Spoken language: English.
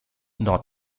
not